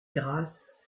grâce